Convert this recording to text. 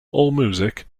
allmusic